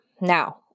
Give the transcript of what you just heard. now